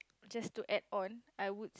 just to add on I would